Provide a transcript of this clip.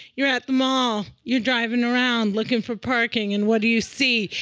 you're at the mall you're driving around, looking for parking, and what do you see?